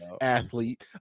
athlete